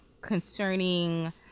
concerning